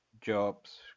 jobs